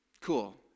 cool